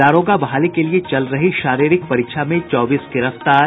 दारोगा बहाली के लिये चल रही शारीरिक परीक्षा में चौबीस गिरफ्तार